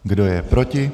Kdo je proti?